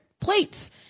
plates